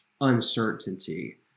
uncertainty